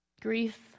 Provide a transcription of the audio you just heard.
Grief